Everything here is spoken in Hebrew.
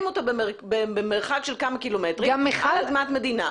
אותו במרחק של כמה קילומטרים על אדמת מדינה.